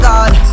God